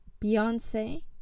Beyonce